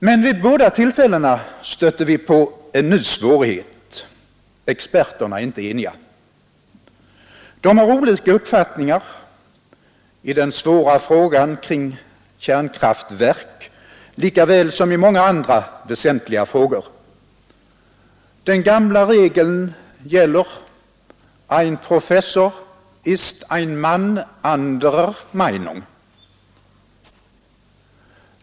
Men vid båda tillfällena stötte vi på en ny svårighet: experterna är inte eniga. De har olika uppfattning i den svåra frågan om kärnkraftverken, lika väl som i många andra väsentliga frågor. Den gamla regeln gäller: Ein Professor ist ein Mann anderer Meinung.